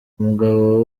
umugabo